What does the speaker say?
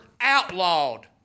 outlawed